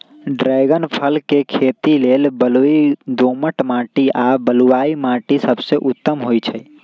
dragon फल के खेती लेल बलुई दोमट माटी आ बलुआइ माटि सबसे उत्तम होइ छइ